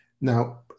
Now